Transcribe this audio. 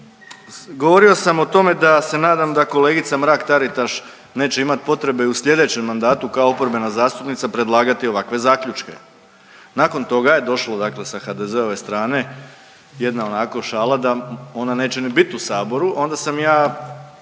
Govorio sam o tome da se nadam da kolegica Mrak-Taritaš neće imat potrebe i u sljedećem mandatu kao oporbena zastupnica predlagati ovakve zaključke. Nakon toga je došlo, dakle sa HDZ-ove strane jedna onako šala da ona neće ni bit u Saboru. Onda sam ja